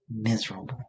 miserable